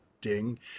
ding